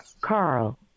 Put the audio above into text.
carl